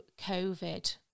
COVID